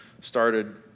started